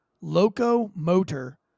locomotor